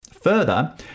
Further